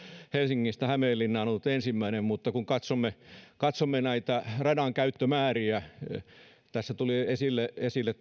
että väli helsingistä hämeenlinnaan on ollut ensimmäinen mutta kun katsomme katsomme näitä radan käyttömääriä niin tässä tuli esille esille